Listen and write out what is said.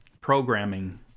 programming